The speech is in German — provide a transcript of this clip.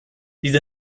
diese